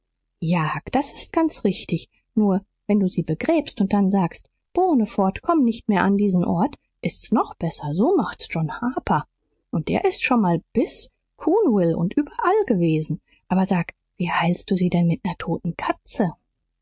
ja huck das ist ganz richtig nur wenn du sie begräbst und dazu sagst bohne fort komm nicht mehr an diesen ort ist's noch besser so macht's john harper und der ist schon mal bis coonville und überall gewesen aber sag wie heilst du sie denn mit ner toten katze